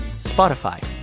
Spotify